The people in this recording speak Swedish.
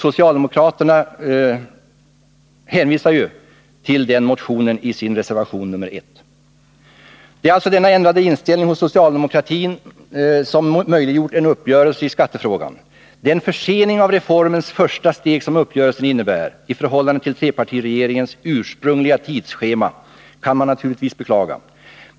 Socialdemokraterna hänvisar till motionen i sin reservation nr 1. Det är alltså denna ändrade inställning inom socialdemokratin som möjliggjort en uppgörelse i skattefrågan. Den försening av reformens första steg som uppgörelsen innebär, i förhållande till trepartiregeringens ursprungliga tidsschema, kan man naturligtvis beklaga.